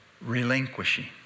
Relinquishing